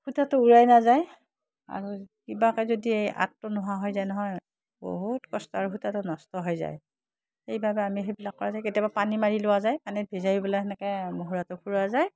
সূতাটো উৰাই নাযায় আৰু কিবাকৈ যদি এই আঁতটো নোহোৱা হৈ যায় নহয় বহুত কষ্ট আৰু সূতাটো নষ্ট হৈ যায় সেইবাবে আমি সেইবিলাক কৰা যায় কেতিয়াবা পানী মাৰি লোৱা যায় পানীত ভিজাই পেলাই সেনেকৈ মুহুৰাটো ফুৰোৱা যায়